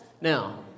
Now